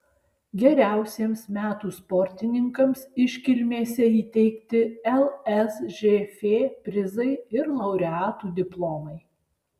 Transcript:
geriausiems metų sportininkams iškilmėse įteikti lsžf prizai ir laureatų diplomai